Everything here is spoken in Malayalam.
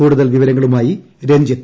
കൂടുതൽ വിവരങ്ങളുമായി രഞ്ജിത്ത്